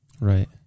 Right